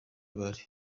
bari